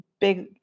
big